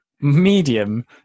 medium